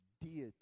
deity